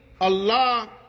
Allah